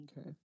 Okay